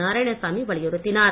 நாராயணசாமி வலியுறுத்தினார்